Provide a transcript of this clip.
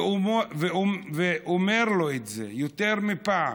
ואומר לו, יותר מפעם: